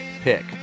pick